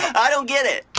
i don't get it